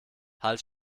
halt